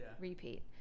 Repeat